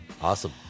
Awesome